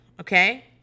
Okay